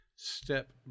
Step